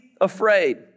afraid